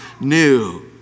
new